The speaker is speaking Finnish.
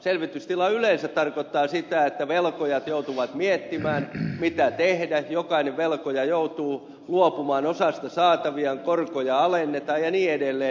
selvitystila yleensä tarkoittaa sitä että velkojat joutuvat miettimään mitä tehdä jokainen velkoja joutuu luopumaan osasta saataviaan korkoja alennetaan ja niin edelleen